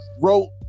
wrote